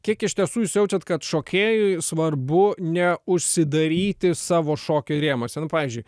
kiek iš tiesų jūs jaučiat kad šokėjui svarbu neužsidaryti savo šokio rėmuose nu pavyzdžiui